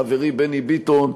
חברי בני ביטון,